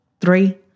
three